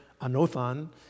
anothan